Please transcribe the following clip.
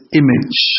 image